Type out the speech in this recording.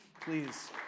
Please